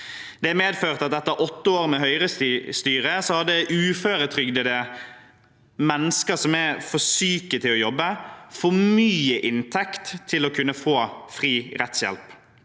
Det medførte at etter åtte år med høyrestyre hadde uføretrygdede, mennesker som er for syke til å jobbe, for mye inntekt til å kunne få fri rettshjelp.